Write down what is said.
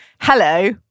hello